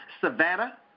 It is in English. Savannah